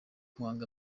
muhanga